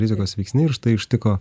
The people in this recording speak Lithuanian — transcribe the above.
rizikos veiksniai ir štai ištiko